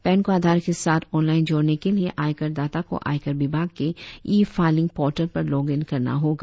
pan को आधार के साथ ऑनलाइन जोड़ने के लिए आयकर दाता को आयकर विभाग के ई फाइलिंग पोर्टल पर लॉग इन करना होगा